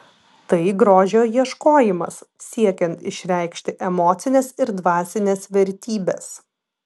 tai grožio ieškojimas siekiant išreikšti emocines ir dvasines vertybes